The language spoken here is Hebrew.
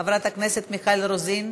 חברת הכנסת מיכל רוזין,